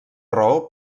raó